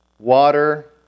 water